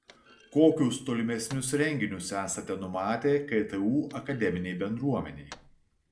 kokius tolimesnius renginius esate numatę ktu akademinei bendruomenei